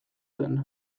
zen